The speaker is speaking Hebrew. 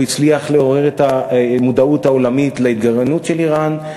והוא הצליח לעורר את המודעות העולמית להתגרענות של איראן.